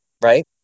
Right